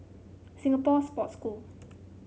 Singapore Sports School